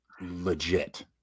legit